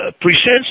presents